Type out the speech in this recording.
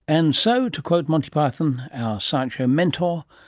and so, to quote monty python, our science show mentor,